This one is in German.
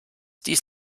dies